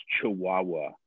chihuahua